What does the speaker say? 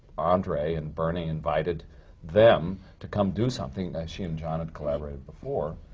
andre and bernie invited them to come do something, she and john had collaborated before,